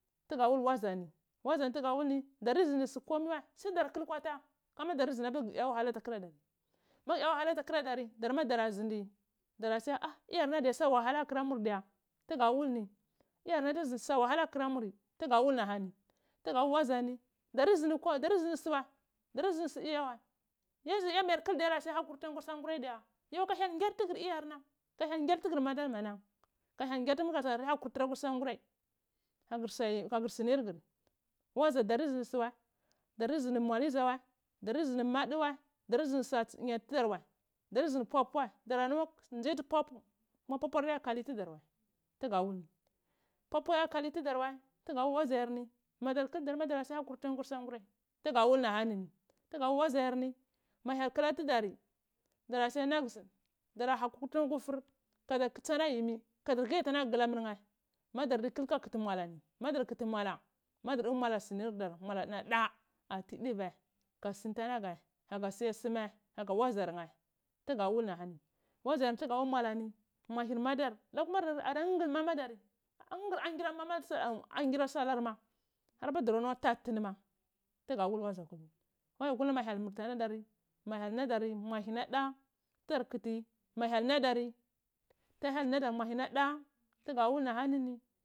Tuga wul wazani wazani tuga wul ni dardr zin su komai wai sai dar twul kotoha kuma undar zhindi apirguya wahala ata kuradari magu ya wahala ta kuradari darma dare zindi dara siya ha iyarnani far sa wahala ato, kura mur diya tugu wul ni iyan na azi sa wahala ata teri mur tuga wul ni tuga wul wazani dardi ndusu wwa dardi ndu sui yaya wa yarye dardi ndusu wa dardi ndu sui yaya wa yarye mayar kli yarto sun hakur tuna akwi sagurai diya ka hyel nggar tugur rryarna tea hyel ngyar tugur madar manna ka hyel ngyar tugur kagur hatituva akw sangwirai ka gur sunur guri wadja daja darn ndu ndu su wai ndarndi ndu mualizu wai dardi noti madi wai darndi ndi su matsidarwai dar ndni papu wai dara mara ngi adzi papu kuma pupur ada lealitudar wai tuga wul ni papur adiya kalitudur wai tuga wal ni papur adiya kali tudar waituga wul ni papur adiya kali tudar wai tugu wul waziya arni dama madar kuli dara tsunga hakwir tuna wul ahani tuga wul waziy arni ma hyel wa tu budari tara sungwa hwakurtuna akwi fir kadar kutsi alaga yimmi madar kull ka kuti mwala tudar kuti mvalar dar nam da ati duvai kasonta nadar kadar suma ka sumga wazar nheh tuga wul nhi waziyanheh tuga wul ni muahie madar ada ngul hgul mamadar ada ngwngal ongira mama dal an gird salar ma arpu dara luka luga wul nazahur nhih waza ni mu hyel na don mwala namda tudar kuti ma hyel na dari tuna hyel nadar mu ala nam da madar.